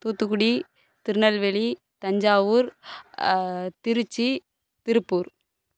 Thoothukudi Tirunelveli Thanjavur Trichy Tiruppur